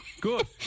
Good